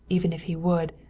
even if he would,